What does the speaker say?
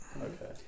Okay